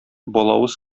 балавыз